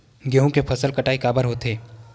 गेहूं के फसल कटाई काबर होथे?